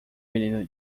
menino